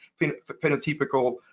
phenotypical